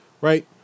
right